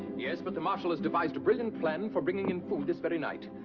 yes, but the marshal has devised a brilliant plan for bringing in food this very night.